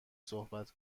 صحبت